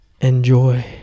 enjoy